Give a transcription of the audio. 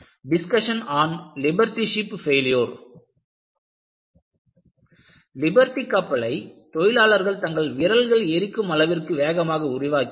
discussion on liberty ship failure liberty கப்பலை தொழிலாளர்கள் தங்கள் விரல்களை எரிக்கும் அளவிற்கு வேகமாக உருவாக்கினர்